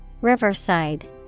Riverside